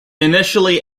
initially